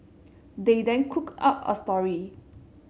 they then cooked up a story